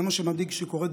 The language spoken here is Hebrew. זה מה שמדאיג שקורה,